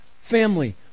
family